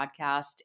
podcast